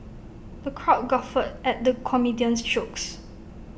the crowd guffawed at the comedian's jokes